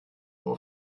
ohr